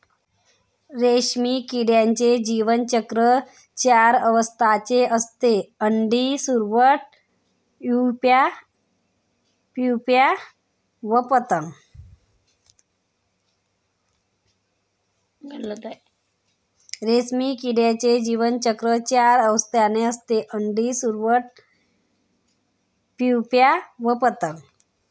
रेशीम किड्याचे जीवनचक्र चार अवस्थांचे असते, अंडी, सुरवंट, प्युपा व पतंग